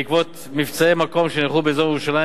בעקבות מבצעי מקום שנערכו באזור ירושלים